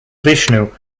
vishnu